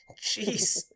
Jeez